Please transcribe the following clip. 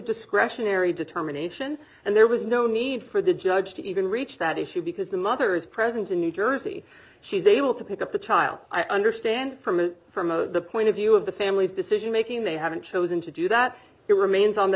discretionary determination and there was no need for the judge to even reach that issue because the mother is present in new jersey she's able to pick up the child i understand from a from oh the point of view of the family's decision making they haven't chosen to do that it remains on the